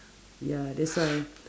ya that's why